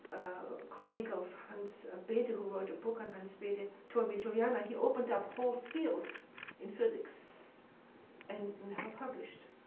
a colleague of hans bethe, who wrote a book on hans bethe told me, juliana, he opened up whole fields in physics and never published.